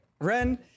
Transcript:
Ren